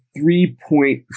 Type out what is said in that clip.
three-point